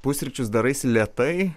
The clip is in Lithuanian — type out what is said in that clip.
pusryčius daraisi lėtai